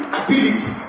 ability